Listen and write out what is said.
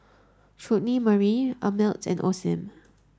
Chutney Mary Ameltz and Osim